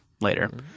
later